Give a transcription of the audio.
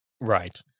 right